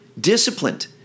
disciplined